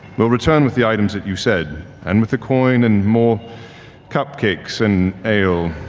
we'll return with the items that you said and with the coin and more cupcakes and ale.